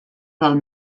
del